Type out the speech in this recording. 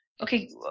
okay